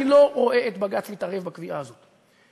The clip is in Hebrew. אני לא רואה את בג"ץ מתערב בקביעה הזאת.